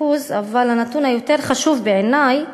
אבל הנתון היותר חשוב בעיני הוא